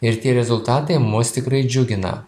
ir tie rezultatai mus tikrai džiugina